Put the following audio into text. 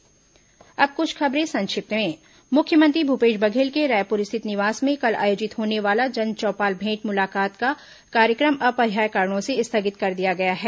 संक्षिप्त समाचार अब कुछ अन्य खबरें संक्षिप्त में मुख्यमंत्री भूपेश बधेल के रायपुर स्थित निवास में कल आयोजित होने वाला जनचौपाल भेंट मुलाकात का कार्यक्रम अपरिहार्य कारणों से स्थगित कर दिया गया है